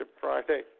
Friday